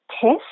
test